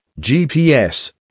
GPS